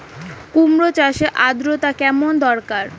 কুমড়ো চাষের আর্দ্রতা কেমন দরকার?